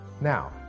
Now